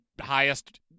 highest